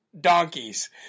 donkeys